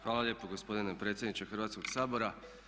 Hvala lijepo gospodine predsjedniče Hrvatskog sabora.